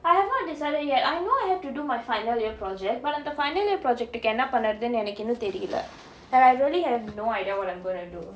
I have not decided yet I know I have to do my final year project but அந்த:antha final year project க்கு என்னா பண்றதுன்னு எனக்கு இன்னும் தெரில:kku ennaa pandrathunu innum terila and I really have no idea what I'm gonna do